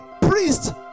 priest